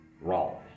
wrong